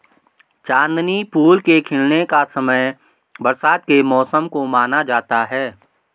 चांदनी फूल के खिलने का समय बरसात के मौसम को माना जाता है